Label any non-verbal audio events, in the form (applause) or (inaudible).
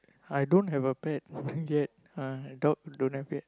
I don't have a pet (laughs) yet ah dog don't have yet